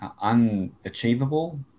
unachievable